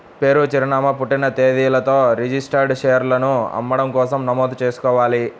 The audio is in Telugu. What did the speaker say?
పేరు, చిరునామా, పుట్టిన తేదీలతో రిజిస్టర్డ్ షేర్లను అమ్మడం కోసం నమోదు చేసుకోవాలి